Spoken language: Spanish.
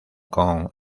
con